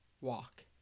walk